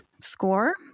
score